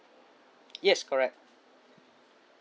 yes correct